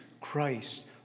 Christ